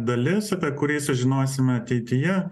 dalis apie kurį sužinosime ateityje